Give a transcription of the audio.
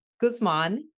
guzman